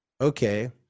Okay